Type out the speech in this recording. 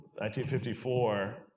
1954